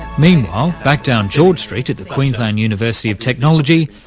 meanwhile, back down george street at the queensland university of technology,